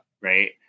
Right